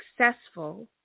successful